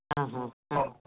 ஆஹ ஆ